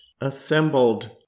assembled